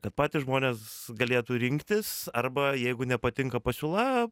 kad patys žmonės galėtų rinktis arba jeigu nepatinka pasiūla